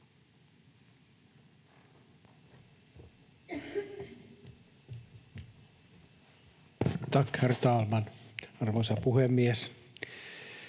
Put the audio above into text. Tack, herr talman! Arvoisa puhemies!